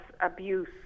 abuse